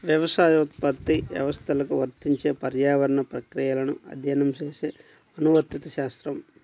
వ్యవసాయోత్పత్తి వ్యవస్థలకు వర్తించే పర్యావరణ ప్రక్రియలను అధ్యయనం చేసే అనువర్తిత శాస్త్రం